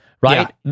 right